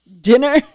dinner